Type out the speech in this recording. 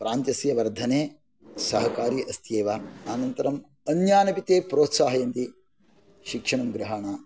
प्रान्तस्य वर्धने सहकारी अस्ति एव अनन्तरम् अन्यानपि ते प्रोत्साहयन्ति शिक्षणं गृहाणं